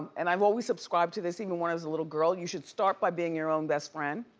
and i've always subscribed to this, even when i was a little girl, you should start by being your own best friend.